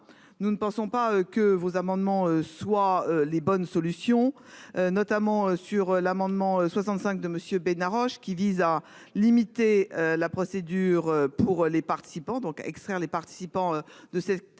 nous ne pensons pas que vos amendements soient les bonnes solutions notamment sur l'amendement 65 de monsieur Besnard Roche qui vise à limiter la procédure pour les participants donc extraire les participants de cette